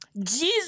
jesus